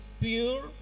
pure